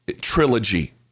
trilogy